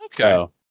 Okay